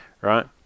right